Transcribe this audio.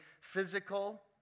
physical